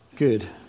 Good